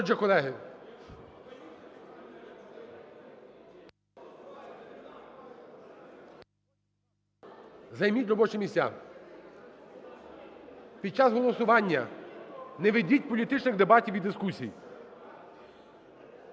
Отже, колеги... Займіть робочі місця. Під час голосування не ведіть політичних дебатів і дискусій.